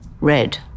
red